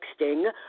texting